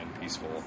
peaceful